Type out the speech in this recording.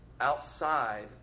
outside